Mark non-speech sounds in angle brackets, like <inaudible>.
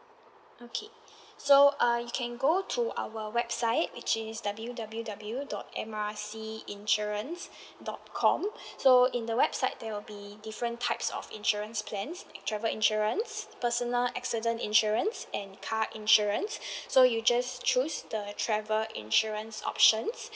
okay so uh you can go to our website which is W W W dot M R C insurance dot com so in the website there will be different types of insurance plans travel insurance personal accident insurance and car insurance <breath> so you just choose the travel insurance options